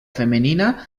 femenina